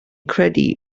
credu